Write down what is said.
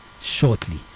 shortly